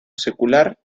secular